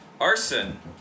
arson